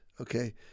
Okay